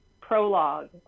prologue